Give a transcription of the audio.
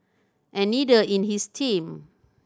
and neither in his team